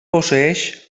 posseeix